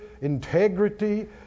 integrity